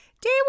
Day